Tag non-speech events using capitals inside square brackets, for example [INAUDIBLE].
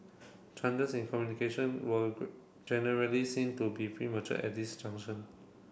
changes in communication were [UNINTELLIGIBLE] generally seen to be premature at this junction